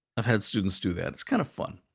i've had students do that. it's kind of fun.